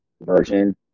version